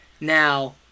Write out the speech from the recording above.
Now